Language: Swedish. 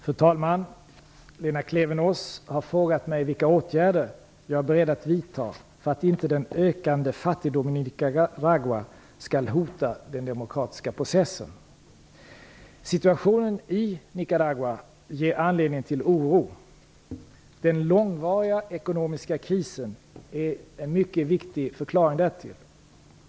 Fru talman! Lena Klevenås har frågat mig vilka åtgärder jag är beredd att vidta för att inte den ökande fattigdomen i Nicaragua skall hota den demokratiska processen. Situationen i Nicaragua ger anledning till oro. Den långvariga ekonomiska krisen är en mycket viktig förklaring därtill.